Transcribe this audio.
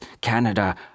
Canada